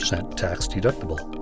tax-deductible